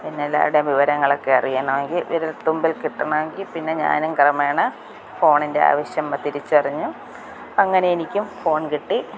പിന്നെ എല്ലാവരുടെയും വിവരങ്ങളൊക്കെ അറിയണമെങ്കിൽ വിരൽത്തുമ്പിൽ കിട്ടണമെങ്കിൽ പിന്നെ ഞാനും ക്രമേണ ഫോണിൻ്റെ ആവശ്യം തിരിച്ചറിഞ്ഞു അങ്ങനെ എനിക്കും ഫോൺ കിട്ടി